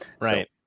Right